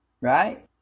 right